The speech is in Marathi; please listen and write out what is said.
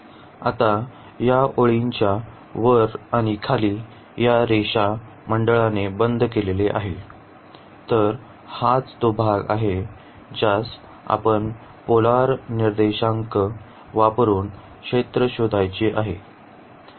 आता या ओळीच्या वर आणि खाली या रेषा मंडळाने बंद केलेले आहे तर हाच तो भाग आहे ज्यास आता पोलर निर्देशांक वापरून क्षेत्र शोधायचे आहे